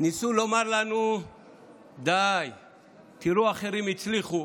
ניסו לומר לנו: די, תראו, אחרים הצליחו.